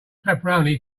pepperoni